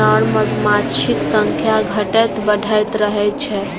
नर मधुमाछीक संख्या घटैत बढ़ैत रहै छै